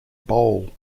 bowl